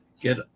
get